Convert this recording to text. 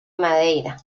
madeira